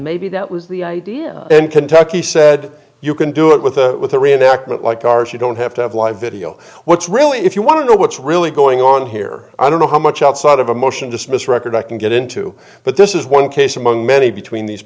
maybe that was the idea and kentucky said you can do it with a with a reenactment like ours you don't have to have live video what's really if you want to know what's really going on here i don't know how much outside of a motion dismiss record i can get into but this is one case among many between these